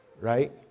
right